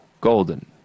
Golden